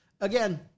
Again